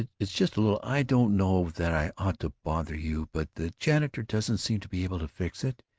it's just a little i don't know that i ought to bother you, but the janitor doesn't seem to be able to fix it.